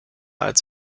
als